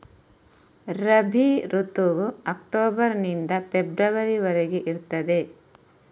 ರಬಿ ಋತುವು ಅಕ್ಟೋಬರ್ ನಿಂದ ಫೆಬ್ರವರಿ ವರೆಗೆ ಇರ್ತದೆ